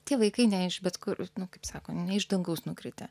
tie vaikai ne iš bet kur kaip sako ne iš dangaus nukritę